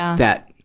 that,